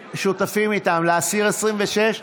אנחנו עוברים להסתייגות מס' 21,